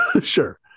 Sure